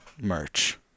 merch